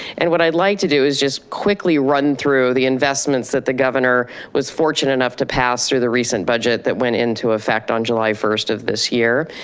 and what i'd like to do is just quickly run through the investments that the governor was fortunate enough to pass through the recent budget that went into effect on july first of this year.